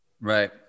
right